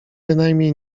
bynajmniej